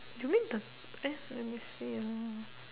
you mean the eh let me see ah